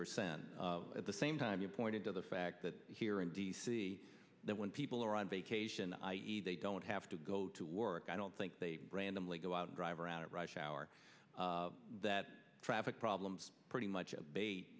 percent at the same time you pointed to the fact that here in d c that when people are on vacation i e they don't have to go to work i don't think they randomly go out and drive around at rush hour that traffic problems pretty much aba